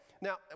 Now